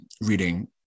reading